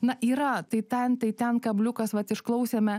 na yra tai ten tai ten kabliukas vat išklausėme